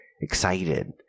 excited